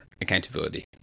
accountability